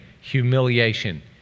humiliation